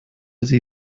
sie